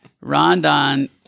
Rondon